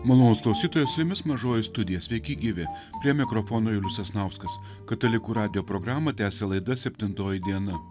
malonūs klausytojai su jumis mažoji studija sveiki gyvi prie mikrofono julius sasnauskas katalikų radijo programą tęsia laida septintoji diena